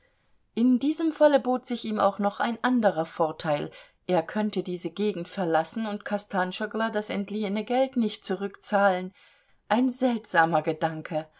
in diesem falle bot sich ihm auch noch ein anderer vorteil er könnte diese gegend verlassen und kostanschoglo das entliehene geld nicht zurückzahlen ein seltsamer gedanke